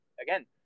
again